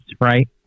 right